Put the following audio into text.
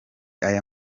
aya